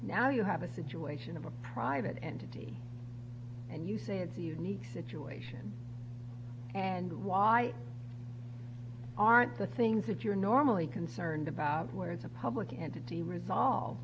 now you have a situation of a private entity and you say it's a unique situation and why aren't the things that you're normally concerned about where is a public entity resolve